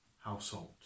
household